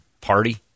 party